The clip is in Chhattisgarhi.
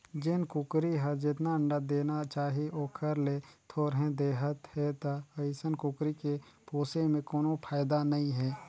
जेन कुकरी हर जेतना अंडा देना चाही ओखर ले थोरहें देहत हे त अइसन कुकरी के पोसे में कोनो फायदा नई हे